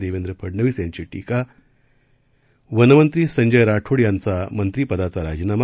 देवेंद्र फडनवीस यांची टीका वनमंत्री संजय राठोड यांचा मंत्रीपदाचा राजीनामा